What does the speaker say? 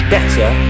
Better